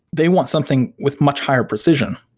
they want something with much higher precision.